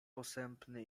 posępny